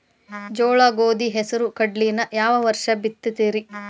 ಜೋಳ, ಗೋಧಿ, ಹೆಸರು, ಕಡ್ಲಿನ ಯಾವ ವರ್ಷ ಬಿತ್ತತಿರಿ?